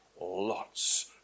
lots